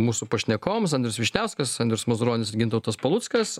mūsų pašnekovams andrius vyšniauskas andrius mazuronis gintautas paluckas